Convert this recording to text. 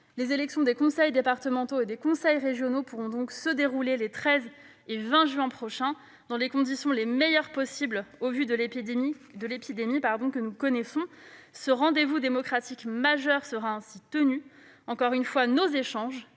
les élections des conseils départementaux et des conseils régionaux pourront donc se dérouler les 13 et 20 juin prochain dans les meilleures conditions possible au vu de l'épidémie que nous connaissons. Ce rendez-vous démocratique majeur sera ainsi tenu. Encore une fois, nos échanges,